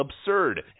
absurd